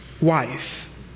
wife